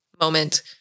moment